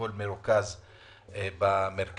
הכול מרוכז במרכז.